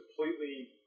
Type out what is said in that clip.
completely